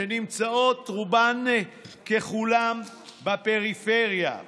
שנמצאות רובן ככולן בפריפריה.